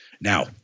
Now